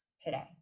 today